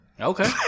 Okay